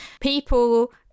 people